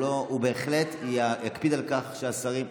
והוא בהחלט יקפיד על כך שהשרים יתייצבו,